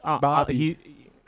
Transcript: bobby